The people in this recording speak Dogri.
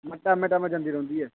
टैम्मां टैम्मां जंदी रौंह्दी ऐ